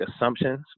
assumptions